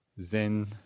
Zen